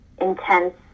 intense